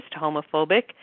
homophobic